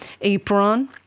Apron